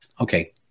okay